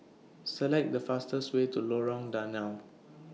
Select The fastest Way to Lorong Danau